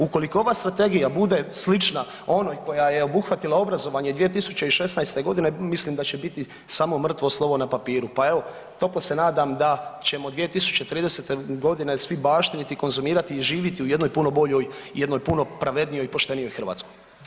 Ukoliko ova strategija bude slična onoj koja je obuhvatila obrazovanje 2016.g. mislim da će biti samo mrtvo slovo na papiru, pa evo toplo se nadam da ćemo 2030.g. svi baštiniti i konzumirati i živiti u jednoj puno boljoj i jednoj puno pravednijoj i poštenijoj Hrvatskoj.